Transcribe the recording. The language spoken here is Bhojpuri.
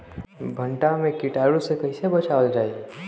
भनटा मे कीटाणु से कईसे बचावल जाई?